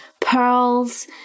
pearls